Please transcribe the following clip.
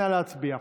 נא להצביע.